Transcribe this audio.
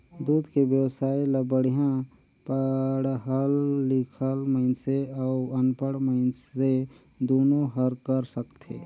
दूद के बेवसाय ल बड़िहा पड़हल लिखल मइनसे अउ अनपढ़ मइनसे दुनो हर कर सकथे